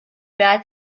bad